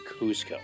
Cusco